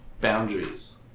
boundaries